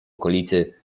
okolicy